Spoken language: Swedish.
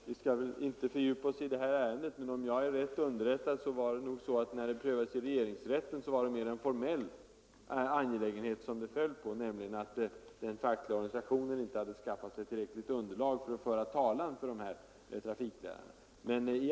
Herr talman! Vi skall väl inte fördjupa oss i detta ärende. Men om jag är rätt underrättad var det mer en formell sak som ärendet föll på i regeringsrätten, nämligen det faktum att den fackliga organisationen inte hade skaffat sig tillräckligt underlag för att föra trafiklärarnas talan.